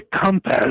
compass